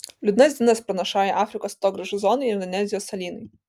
liūdnas dienas pranašauja afrikos atogrąžų zonai ir indonezijos salynui